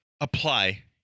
apply